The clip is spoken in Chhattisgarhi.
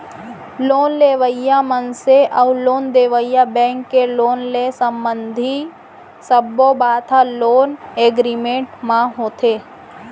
लोन लेवइया मनसे अउ लोन देवइया बेंक के लोन ले संबंधित सब्बो बात ह लोन एगरिमेंट म होथे